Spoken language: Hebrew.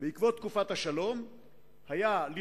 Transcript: בעקבות תקופת השלום לכאורה,